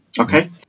Okay